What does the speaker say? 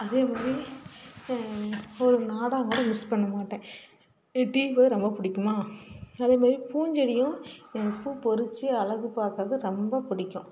அதே மாதிரி ஒரு நாடகம் கூட மிஸ் பண்ண மாட்டேன் டிவி பார்க்க ரொம்பப் பிடிக்குமா அதே மாதிரி பூஞ்செடியும் பூ பறிச்சி அழகு பார்க்கறது ரொம்பப் பிடிக்கும்